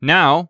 Now